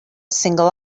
single